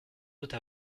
doute